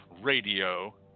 Radio